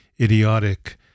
idiotic